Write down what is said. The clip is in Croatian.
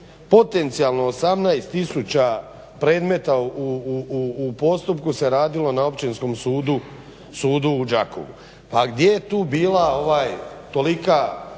potencijalno 18 tisuća predmeta u postupku se radilo na Općinskom sudu u Đakovu. Pa gdje je tu bila ovaj